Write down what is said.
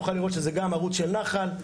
גם ערוץ של נחל,